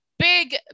Big